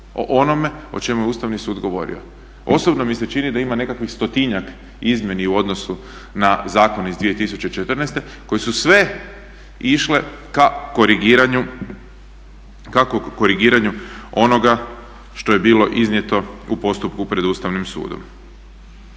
o čemu je Ustavni sud govorio. Osobno mi se čini da ima nekakvih stotinjak izmjena u odnosu na zakon iz 2014.koje su sve išle ka korigiranju, kako korigiranju onoga što je bilo iznijeto u postupku pred Ustavnim sudom.